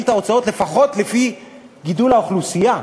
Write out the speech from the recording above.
את ההוצאות לפחות לפי גידול האוכלוסייה,